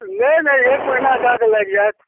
नहि नहि एक महीनाके अहाँके लागि जायत